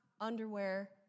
underwear